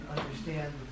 understand